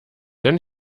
denn